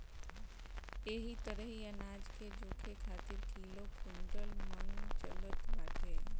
एही तरही अनाज के जोखे खातिर किलो, कुंटल, मन चलत बाटे